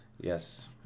Yes